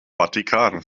vatikan